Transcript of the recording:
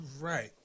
Right